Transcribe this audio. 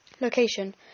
Location